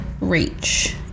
reach